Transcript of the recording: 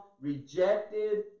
rejected